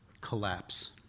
collapse